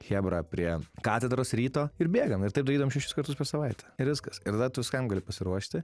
chebra prie katedros ryto ir bėgam ir taip darydavom šešis kartus per savaitę ir viskas ir tada tu viskam gali pasiruošti